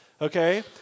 okay